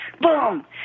Boom